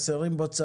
חסרים בו תזכירים,